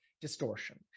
distortion